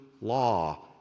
law